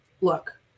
look